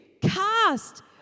cast